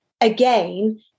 again